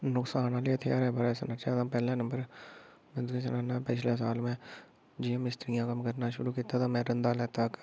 नकसान आह्ले ह्त्थारै बारै च जे सनाचै ते पैह्ले नंबर में तुसेंगी सनानां पिछले साल में जियां मिस्त्रियें दा कम्म करना शुरू कीता ते में रंधा लैता